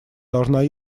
должна